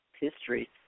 history